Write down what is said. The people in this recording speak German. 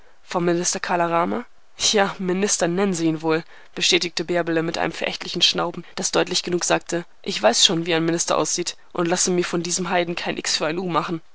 vom minister kala rama ja minister nennen sie ihn wohl bestätigte bärbele mit einem verächtlichen schnauben das deutlich genug sagte ich weiß schon wie ein minister aussieht und lasse mir von diesem heiden kein x für ein u machen